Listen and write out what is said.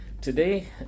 Today